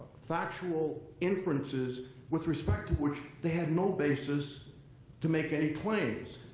factual inferences with respect to which they had no basis to make any claims.